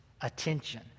attention